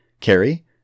Carrie